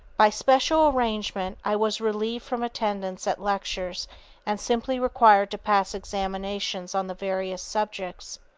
by special arrangement, i was relieved from attendance at lectures and simply required to pass examinations on the various subjects,